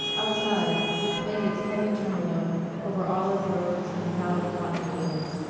outside it played its heavy tremolo over olive roads and fallow cotton-fields,